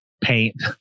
paint